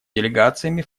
делегациями